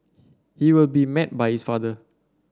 he will be met by his father